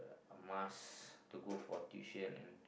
a must to go for tuition and